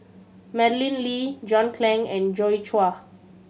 Madeleine Lee John Clang and Joi Chua